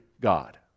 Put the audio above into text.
God